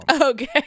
Okay